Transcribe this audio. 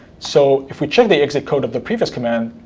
so if we check the exit code of the previous command,